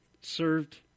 served